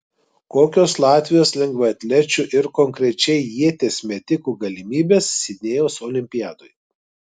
kokios latvijos lengvaatlečių ir konkrečiai ieties metikų galimybės sidnėjaus olimpiadoje